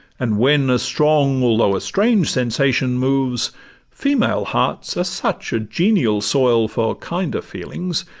and, when a strong although a strange sensation moves female hearts are such a genial soil for kinder feelings,